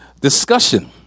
discussion